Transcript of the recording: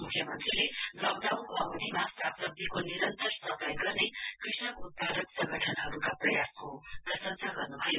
मुख्यमन्त्रीले लकडाउनको अवधिमा सागसब्जीको निरन्तर सप्लाई गर्ने कृषक उत्पादन संगठनहरुका प्रयासको प्रशासां गर्नुभयो